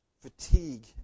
fatigue